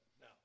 No